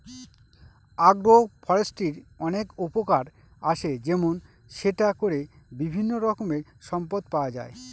আগ্র ফরেষ্ট্রীর অনেক উপকার আসে যেমন সেটা করে বিভিন্ন রকমের সম্পদ পাওয়া যায়